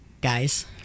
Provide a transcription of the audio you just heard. guys